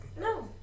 No